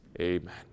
amen